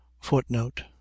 footnote